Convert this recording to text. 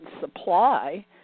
supply